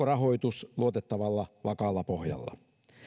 rahoitus luotettavalla vakaalla pohjalla